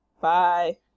Bye